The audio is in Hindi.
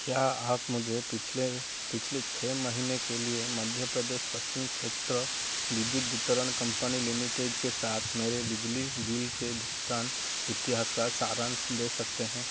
क्या आप मुझे पिछले पिछले छः महीने के लिए मध्य प्रदेश पश्चिम क्षेत्र बिद्युत वितरण कंपनी लिमिटेड के साथ मेरे बिजली बिल के भुगतान इतिहास का सारांश दे सकते हैं